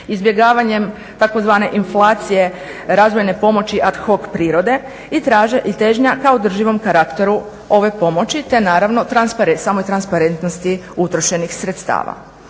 Izbjegavanjem takozvane inflacije razvojne pomoći ah hoc prirode i težnja ka održivom karakteru ove pomoći te naravno samoj transparentnosti utrošenih sredstava.